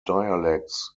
dialects